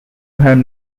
have